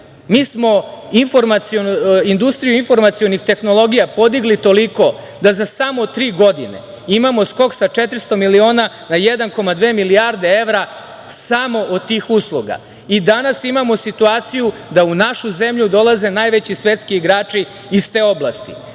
smo industriju informacionih tehnologija podigli toliko da za samo tri godine imamo skok sa 400 miliona na 1,2 milijarde evra samo od tih usluga. Danas imamo situaciju da u našu zemlju dolaze najveći svetski igrači iz te oblasti. Podigli